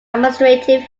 administrative